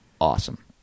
awesome